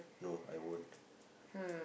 no I won't